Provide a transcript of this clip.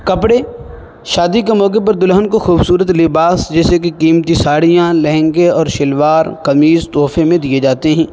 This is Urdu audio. کپڑے شادی کے موقع پر دلہن کو خوبصورت لباس جیسے کہ قیمتی ساڑیاں لہنگے اور شلوار قمیض تحفے میں دیے جاتے ہیں